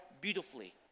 beautifully